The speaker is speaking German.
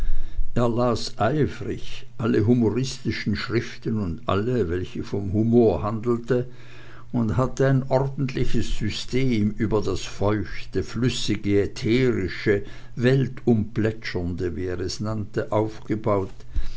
eifrigst alle humoristischen schriften und alle welche vom humor handelten und hatte ein ordentliches system über dies feuchte flüssige ätherische weltumplätschernde wie er es nannte aufgebaut